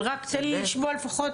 אבל רק תן לי לשמוע לפחות.